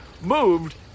moved